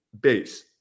base